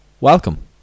welcome